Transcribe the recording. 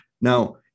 Now